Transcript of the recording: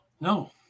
No